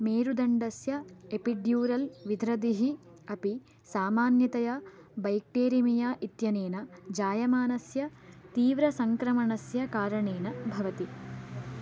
मेरुदण्डस्य epidural विध्रदिः अपि सामान्यतया बैक्टेरिमिया इत्यनेन जायमानस्य तीव्रसङ्क्रमणस्य कारणेन भवति